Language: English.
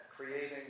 creating